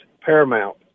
paramount